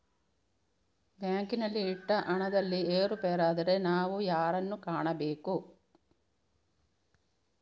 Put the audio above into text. ಬ್ಯಾಂಕಿನಲ್ಲಿ ಇಟ್ಟ ಹಣದಲ್ಲಿ ಏರುಪೇರಾದರೆ ನಾವು ಯಾರನ್ನು ಕಾಣಬೇಕು?